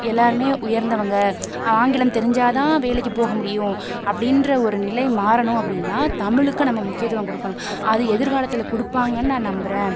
எல்லோருமே உயர்ந்தவங்க ஆங்கிலம் தெரிஞ்சால் தான் வேலைக்கு போக முடியும் அப்படின்ற ஒரு நிலை மாறணும் அப்படின்னா தமிழுக்கு நம்ம முக்கியத்துவம் கொடுக்கனும் அதை எதிர்காலத்தில் கொடுப்பாங்கன்னு நான் நம்புகிறேன்